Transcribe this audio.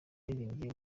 yaririmbye